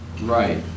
Right